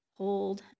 Hold